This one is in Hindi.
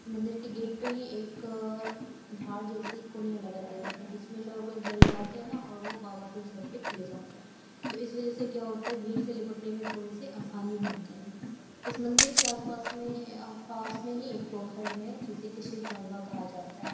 मन्दिर के गेट पर ही एक धार जैसी कुनिया लगा दी जाती है जिसमें लोग जल डालते हैं और वह बाबा के सिर पर चला जाता है तो इस वज़ह से क्या होता है कि भीड़ से निपटने में थोड़ी सी आसानी होती है इस मन्दिर के आसपास में आसपास में ही एक पोखर है जिसे कि शिव गंगा कहा जाता है